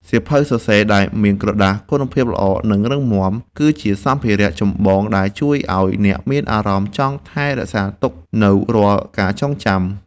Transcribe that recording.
សៀវភៅសរសេរដែលមានក្រដាសគុណភាពល្អ និងរឹងមាំ គឺជាសម្ភារៈចម្បងដែលជួយឱ្យអ្នកមានអារម្មណ៍ចង់ថែរក្សាទុកនូវរាល់ការចងចាំ។